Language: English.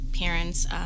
parents